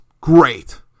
Great